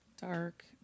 Dark